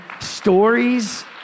stories